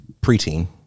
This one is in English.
preteen